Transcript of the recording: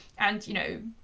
and, you know,